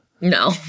No